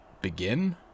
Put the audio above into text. begin